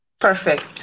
Perfect